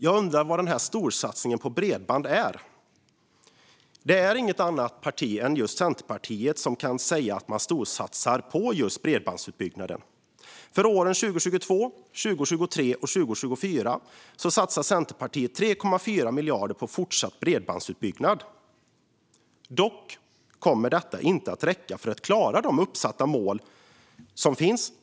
Jag undrar var den storsatsningen på bredband är. Det är inget annat parti än just Centerpartiet som kan säga att man storsatsar på just bredbandsutbyggnaden. För åren 2022, 2023 och 2024 satsar Centerpartiet 3,4 miljarder på fortsatt bredbandsutbyggnad. Dock kommer detta inte att räcka för att klara de uppsatta mål som finns.